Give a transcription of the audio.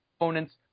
opponents